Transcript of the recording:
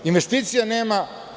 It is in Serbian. Investicija nema.